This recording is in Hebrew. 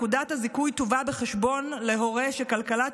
נקודת הזיכוי תובא בחשבון להורה שכלכלת